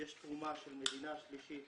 יש תרומה של מדינה שלישית,